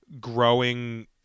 growing